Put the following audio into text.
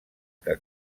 que